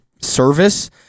service